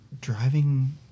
driving